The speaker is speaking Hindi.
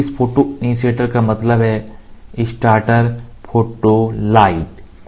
तो इस फोटोइनिशीऐटर का मतलब है स्टार्टर फोटो लाइट